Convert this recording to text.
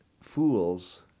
fools